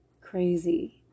crazy